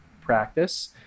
practice